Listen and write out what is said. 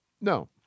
No